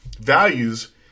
values